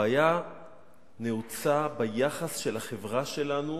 הבעיה נעוצה ביחס של החברה שלנו